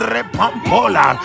Repampola